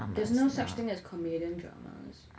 there's no such thing as comedian dramas